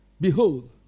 behold